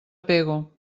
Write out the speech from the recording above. pego